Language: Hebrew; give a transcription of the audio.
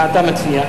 מה אתה מציע?